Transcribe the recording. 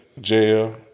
jail